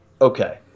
Okay